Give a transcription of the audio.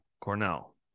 Cornell